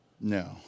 No